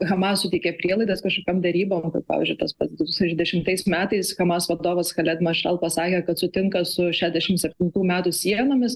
hamas suteikė prielaidas kažkokiom derybom kad pavyzdžiui tas pats du tūkstančiai dešimtais metais hamas vadovas khaled mašal pasakė kad sutinka su šešiasdešim septintų metų sienomis